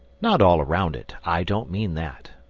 not all round it i don't mean that,